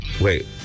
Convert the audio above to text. Wait